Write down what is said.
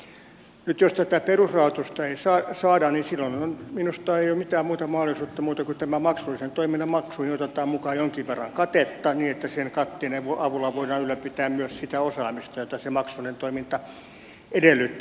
nyt jos tätä perusrahoitusta ei saada niin silloin minusta ei ole mitään muuta mahdollisuutta kuin että maksullisen toiminnan maksuihin otetaan mukaan jonkin verran katetta niin että sen katteen avulla voidaan ylläpitää myös sitä osaamista jota se maksullinen toiminta edellyttää